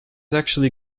actually